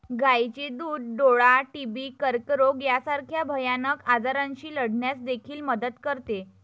गायीचे दूध डोळा, टीबी, कर्करोग यासारख्या भयानक आजारांशी लढण्यास देखील मदत करते